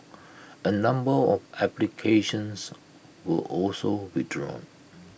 A number of applications were also withdrawn